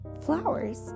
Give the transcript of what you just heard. flowers